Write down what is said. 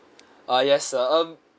uh yes sir um